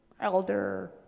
elder